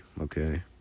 okay